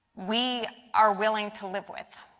we are willing to live with.